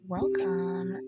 Welcome